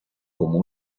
como